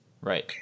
Right